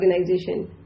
organization